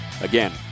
Again